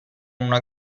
una